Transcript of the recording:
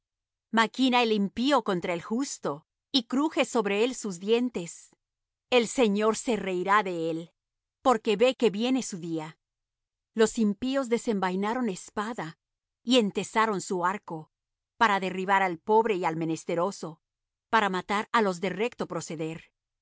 el impío contra el justo y cruje sobre él sus dientes el señor se reirá de él porque ve que viene su día los impíos desenvainaron espada y entesaron su arco para derribar al pobre y al menesteroso para matar á los de recto proceder